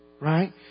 right